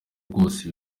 rwose